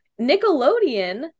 Nickelodeon